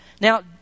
Now